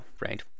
right